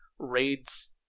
raids